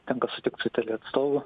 tenka sutikt su telia atstovu